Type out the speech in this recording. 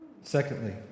Secondly